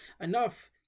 enough